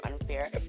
unfair